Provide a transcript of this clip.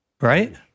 right